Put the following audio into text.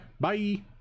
Bye